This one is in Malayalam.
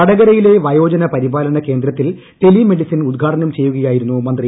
വടകരയിലെ വയോജന പരിപാലന കേന്ദ്രത്തിൽ ടെലി മെഡിസിൻ ഉദ്ഘാടനം ചെയ്യുകയായിരുന്നു മന്ത്രി